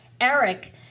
Eric